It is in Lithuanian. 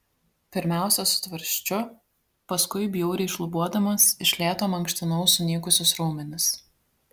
pirmiausia su tvarsčiu paskui bjauriai šlubuodamas iš lėto mankštinau sunykusius raumenis